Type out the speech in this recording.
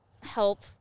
help